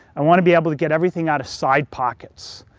i want to be able to get everything out of side pockets.